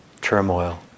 turmoil